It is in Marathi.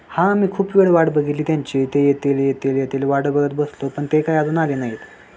हा मी खूप वेळ वाट बघितली त्यांची ते येतील येतील येतील वाट बघत बसलो पण ते काही अजून आले नाहीत